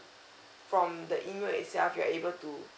from the email itself you're able to